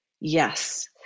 Yes